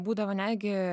būdavo netgi